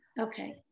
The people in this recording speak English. Okay